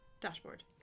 Dashboard